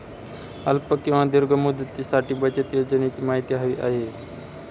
अल्प किंवा दीर्घ मुदतीसाठीच्या बचत योजनेची माहिती हवी आहे